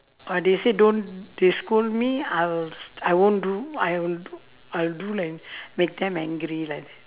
or they say don't they scold me I will I won't do I will d~ I'll do and make them angry like that